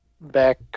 back